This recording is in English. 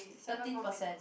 thirteen percent